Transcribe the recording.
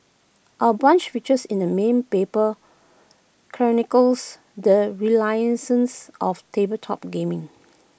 our brunch features in the main paper chronicles the renaissances of tabletop gaming